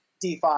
DeFi